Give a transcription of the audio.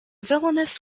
villainous